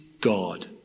God